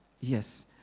Yes